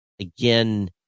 Again